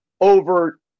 over